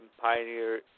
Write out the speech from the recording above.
Pioneer